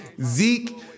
Zeke